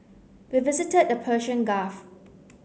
we visited the Persian Gulf